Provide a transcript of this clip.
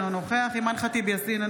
אינו נוכח אימאן ח'טיב יאסין,